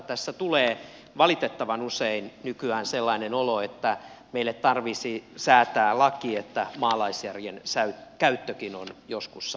tässä tulee valitettavan usein nykyään sellainen olo että meille tarvitsisi säätää laki että maalaisjärjen käyttökin on joskus